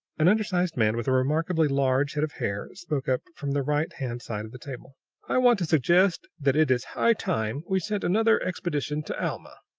an undersized man with a remarkably large head of hair spoke up from the righthand side of the table i want to suggest that it is high time we sent another expedition to alma.